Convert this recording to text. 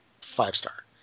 five-star